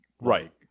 Right